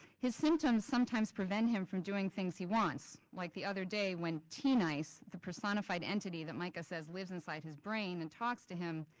his symptoms sometimes prevent him from doing things he wants, like the other day when teen ice, the personified entity that mica says lives inside his brain and talks to him,